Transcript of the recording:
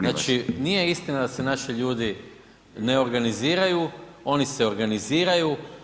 Znači nije istina da se naši ljudi ne organiziraju, oni se organiziraju.